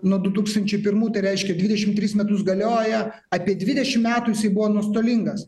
nuo du tūkstančiai pirmų tai reiškia dvidešim tris metus galioja apie dvidešim metų jisai buvo nuostolingas